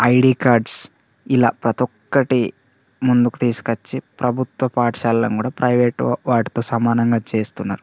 ID cards ఇలా ప్రతి ఒక్కటి ముందుకు తీసుకొచ్చి ప్రభుత్వ పాఠశాల వాళ్ళను కూడా ప్రైవేట్ వాటితో సమానంగా చేస్తున్నారు